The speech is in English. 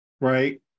right